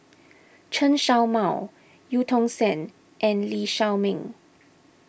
Chen Show Mao Eu Tong Sen and Lee Shao Meng